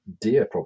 deer